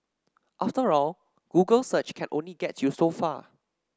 after all Google search can only get you so far